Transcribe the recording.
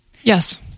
Yes